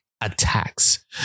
attacks